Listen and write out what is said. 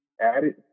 added